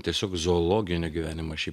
tiesiog zoologinio gyvenimo aš jį